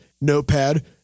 notepad